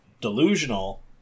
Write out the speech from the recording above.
delusional